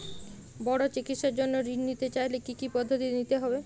বড় চিকিৎসার জন্য ঋণ নিতে চাইলে কী কী পদ্ধতি নিতে হয়?